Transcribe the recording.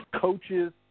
coaches